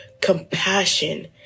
compassion